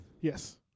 Yes